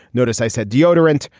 notice i said deodorant,